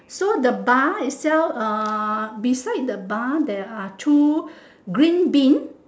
so the bar itself uh beside the bar there are two green bin